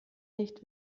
nicht